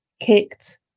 kicked